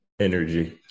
energy